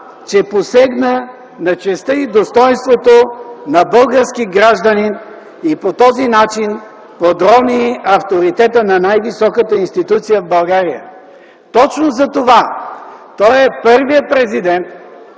че посегна на честта и достойнството на български гражданин и по този начин подрони авторитета на най високата институция в България. Точно затова той е първият президент,